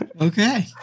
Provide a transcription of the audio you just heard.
okay